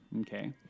okay